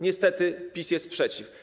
Niestety PiS jest przeciw.